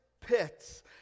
pits